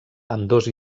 ambdós